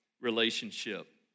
relationship